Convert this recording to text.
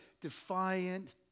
defiant